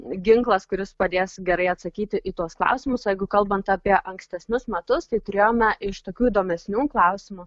ginklas kuris padės gerai atsakyti į tuos klausimus o jeigu kalbant apie ankstesnius metus tai turėjome iš tokių įdomesnių klausimų